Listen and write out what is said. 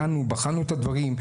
דנו, בחנו את הדברים.